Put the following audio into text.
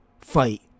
Fight